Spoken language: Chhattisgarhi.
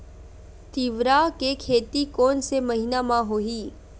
तीवरा के खेती कोन से महिना म होही?